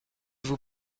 vous